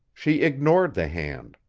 she ignored the hand.